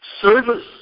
service